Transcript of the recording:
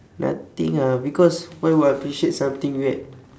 nothing ah because why would I appreciate something weird